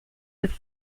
with